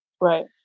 right